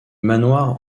manoir